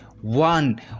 One